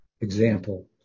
example